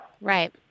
Right